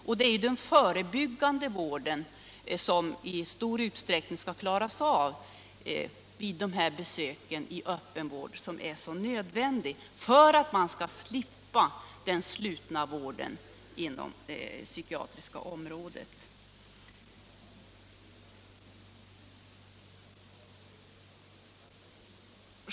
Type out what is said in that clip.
Och det är den förebyggande vården som i stor utsträckning skäll klaras av vid besöken i öppenvård, som är så nödvändiga för att man skall slippa den slutna vården inom det psykiatriska området.